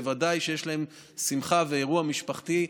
בוודאי כשיש שמחה ואירוע משפחתי,